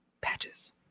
Patches